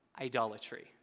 idolatry